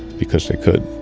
because they could.